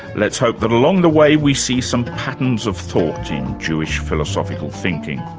let's hope that along the way we see some patterns of thought in jewish philosophical thinking.